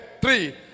Three